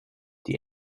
die